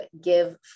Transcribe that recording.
give